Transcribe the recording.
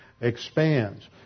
expands